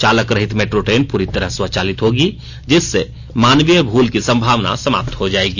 चालक रहित metro train पूरी तरह स्वचालित होगी जिससे मानवीय भूल की संभावना समाप्त हो जायेगी